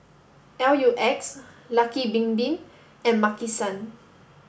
L U X Lucky Bin Bin and Maki San